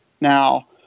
Now